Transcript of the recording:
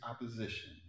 opposition